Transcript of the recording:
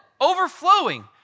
overflowing